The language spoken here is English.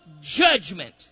judgment